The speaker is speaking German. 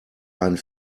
einen